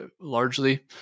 largely